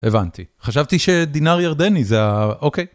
הבנתי. חשבתי שדינאר ירדני זה ה... אוקיי.